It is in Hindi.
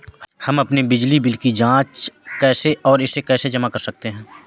हम अपने बिजली बिल की जाँच कैसे और इसे कैसे जमा करें?